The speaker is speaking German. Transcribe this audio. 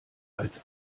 als